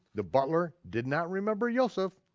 the butler did not remember yoseph,